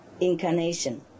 incarnation